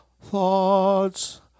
thoughts